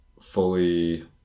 fully